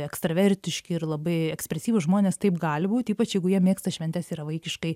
ekstravertiški ir labai ekspresyvūs žmonės taip gali būti ypač jeigu jie mėgsta šventes yra vaikiškai